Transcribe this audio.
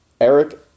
Eric